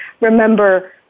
remember